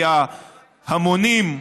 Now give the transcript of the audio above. כי ההמונים,